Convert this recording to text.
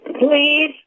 Please